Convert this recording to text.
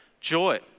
joy